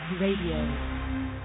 Radio